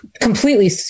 completely